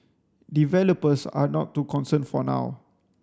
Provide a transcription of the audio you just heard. developers are not too concerned for now